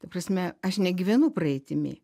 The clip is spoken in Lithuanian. ta prasme aš negyvenu praeitimi